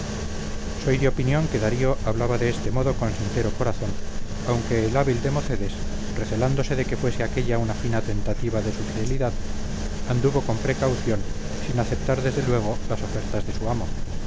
soy de opinión que darío hablaba de este modo con sincero corazón aunque el hábil democedes recelándose de que fuese aquella una fina tentativa de su fidelidad anduvo con precaución sin aceptar desde luego las ofertas de su amo